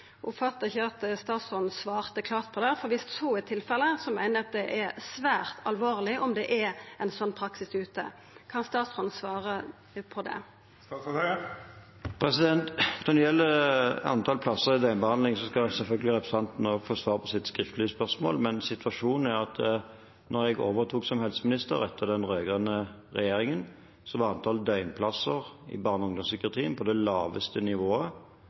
at statsråden svarte klart på det, for viss det er tilfellet, meiner eg det er svært alvorleg om det er ein slik praksis ute. Kan statsråden svara på det? Når det gjelder antall plasser i døgnbehandling, skal representanten selvfølgelig få svar på sitt skriftlige spørsmål. Men situasjonen er at da jeg overtok som helseminister etter den rød-grønne regjeringen, var antall døgnplasser i barne- og ungdomspsykiatrien på det laveste nivået